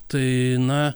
tai na